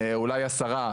או אולי עשרה,